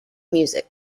music